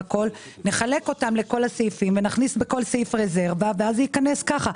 לחלק אותם לכל הסעיפים ולהכניס בכל סעיף רזרבה ואז זה ייכנס כך.